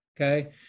Okay